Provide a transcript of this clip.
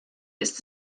ist